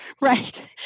Right